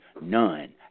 None